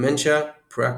"dementia praecox"